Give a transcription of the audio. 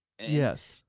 yes